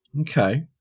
Okay